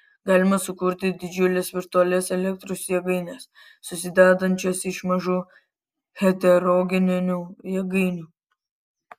galima sukurti didžiules virtualias elektros jėgaines susidedančias iš mažų heterogeninių jėgainių